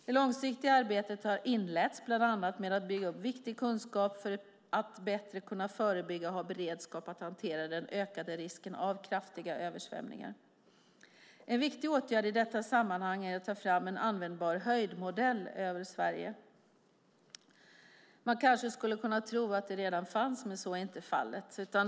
Det långsiktiga arbetet har inletts, bland annat med att bygga upp viktig kunskap för att bättre kunna förebygga och ha beredskap att hantera den ökade risken av kraftiga översvämningar. En viktig åtgärd i detta sammanhang är att ta fram en användbar höjdmodell över Sverige. Man skulle kunna tro att en sådan redan finns, men så är inte fallet.